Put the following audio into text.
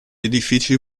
edifici